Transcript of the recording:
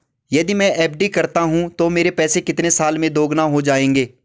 यदि मैं एफ.डी करता हूँ तो मेरे पैसे कितने साल में दोगुना हो जाएँगे?